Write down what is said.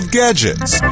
gadgets